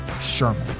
Sherman